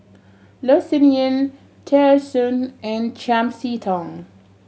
Loh Sin Yun Tear Soon and Chiam See Tong